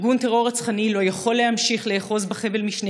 ארגון טרור רצחני לא יכול להמשיך לאחוז בחבל בשני